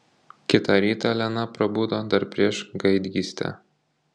kitą rytą elena prabudo dar prieš gaidgystę